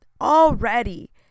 already